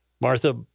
Martha